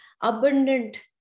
abundant